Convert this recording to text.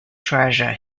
treasure